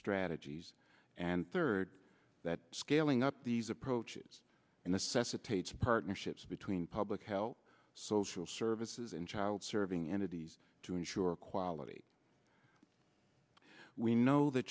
strategies and third that scaling up these approaches in the sense of tates partnerships between public health social services and child serving entities to ensure quality we know th